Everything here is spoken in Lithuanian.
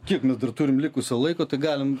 kiek mes dar turim likusio laiko tai galim